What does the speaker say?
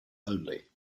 only